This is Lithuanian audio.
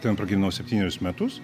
ten pragyvenau septynerius metus